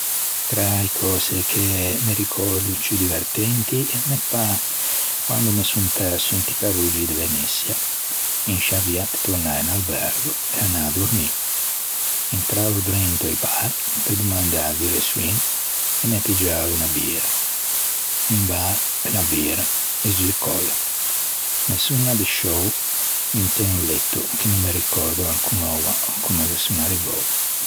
Tra e cöse che me ricòrdo ciù divertenti me pâ quande me son perso inti carroggi de Veneçia in sciâ via pe tornâ in albergo pe anâ à dormî. Intravo drento a-i bar pe domandâ e direçioin e me piggiavo unna bira. Un bar, unna bira e zu còlla. Me son addesciou inte un letto che no me ricòrdo ancon oua comme ghe son arrivou.